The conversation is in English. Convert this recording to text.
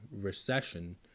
recession